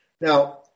Now